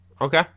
Okay